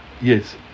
yes